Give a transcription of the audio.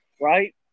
right